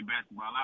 basketball